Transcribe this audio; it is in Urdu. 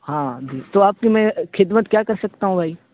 ہاں تو آپ کی میں خدمت کیا کر سکتا ہوں بھائی